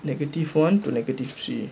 negative one to negative three